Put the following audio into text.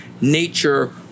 nature